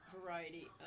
variety